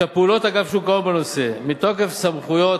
פעולות אגף שוק ההון בנושא, מתוקף סמכויות